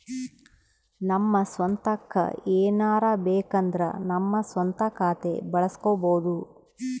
ನಮ್ಮ ಸ್ವಂತಕ್ಕ ಏನಾರಬೇಕಂದ್ರ ನಮ್ಮ ಸ್ವಂತ ಖಾತೆ ಬಳಸ್ಕೋಬೊದು